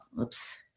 Oops